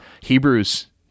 Hebrews